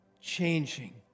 changing